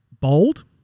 bold